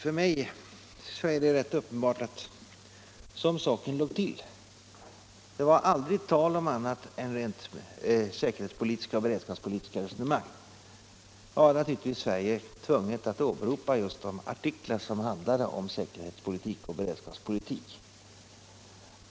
För mig är det rent uppenbart att som saken låg till, det aldrig var tal om annat än rent säkerhetsoch beredskapspolitiska resonemang. Därför måste Sverige också åberopa just de artiklar som handlade om säkerhetspolitik och beredskapspolitik.